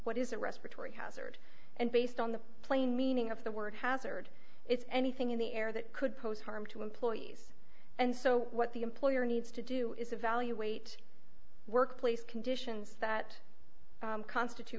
what is a respiratory hazard and based on the plain meaning of the word hazard it's anything in the air that could pose harm to employees and so what the employer needs to do is evaluate workplace conditions that constitute